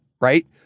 right